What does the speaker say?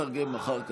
) אני אתרגם אחר כך,